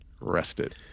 rested